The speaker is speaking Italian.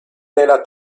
nella